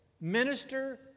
Minister